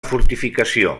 fortificació